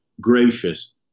gracious